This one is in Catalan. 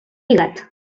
lligat